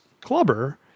Clubber